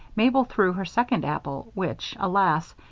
mabel threw her second apple, which, alas,